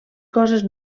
coses